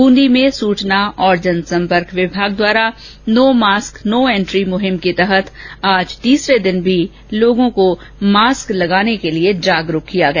बूंदी में सूचना और जनसंपर्क विभाग द्वारा नो मास्क नो एन्ट्री की मुहिम के तहत आज तीसरे दिन भी आमजन को मास्क लगाने के लिए जागरुक किया गया